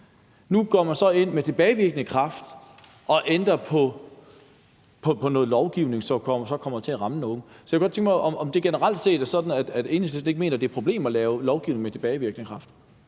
nu går man så ind med tilbagevirkende kraft og ændrer på noget lovgivning, som så kommer til at ramme nogen. Så jeg kunne godt tænke mig at vide, om det generelt set er sådan, at Enhedslisten ikke mener, at det er et problem at lave lovgivning med tilbagevirkende kraft.